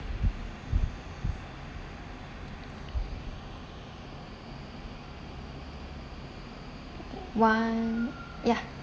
one ya